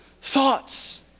thoughts